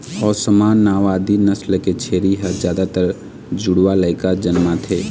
ओस्मानाबादी नसल के छेरी ह जादातर जुड़वा लइका जनमाथे